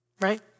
right